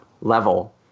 level